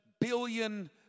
billion